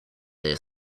they